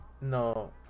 no